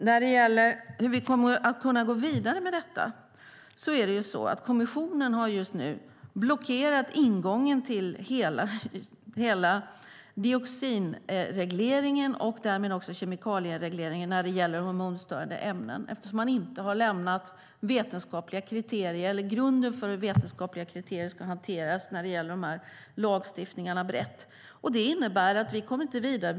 När det gäller hur vi kommer att kunna gå vidare med detta har kommissionen just nu blockerat ingången till hela dioxinregleringen och därmed också kemikalieregleringen av hormonstörande ämnen, eftersom man inte har lämnat grunden för hur vetenskapliga kriterier ska hanteras när det gäller lagstiftningarna brett. Det innebär att vi inte kommer vidare.